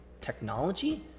technology